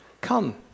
Come